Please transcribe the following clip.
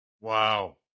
Wow